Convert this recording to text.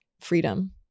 freedom